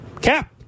Cap